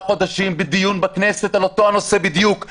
חודשים בדיון בכנסת על אותו הנושא בדיוק,